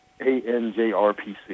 ANJRPC